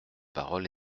parole